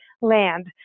land